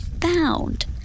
found